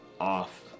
Off